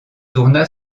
tourna